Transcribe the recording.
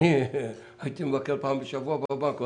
הייתי מבקר פעם בשבוע בבנק,